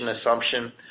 assumption